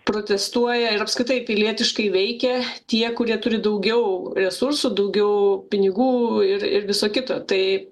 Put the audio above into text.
protestuoja ir apskritai pilietiškai veikia tie kurie turi daugiau resursų daugiau pinigų ir ir viso kito tai